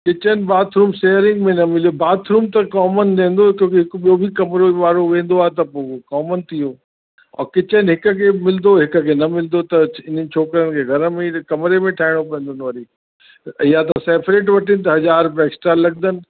kitchen bathroom sharing में न मिलियो बाथरूम त कॉमन रहंदो छोकी हिकु ॿियो बि कमरे वारो वेंदो आहे त पोइ उहो कॉमन थी वियो ऐं किचिन हिक खे मिलंदो हिक खे न मिलंदो त हिननि छोकरनि खे घर में ई कमरे में ठाहिणो पवंदनि वरी या त सेपरेट वठनि त हज़ार रुपया एक्स्ट्रा लॻंदनि